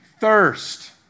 thirst